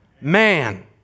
Man